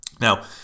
Now